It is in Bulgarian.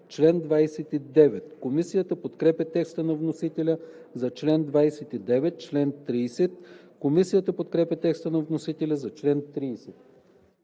чл. 42. Комисията подкрепя текста на вносителя за чл. 43. Комисията подкрепя текста на вносителя за чл. 44.